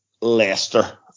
Leicester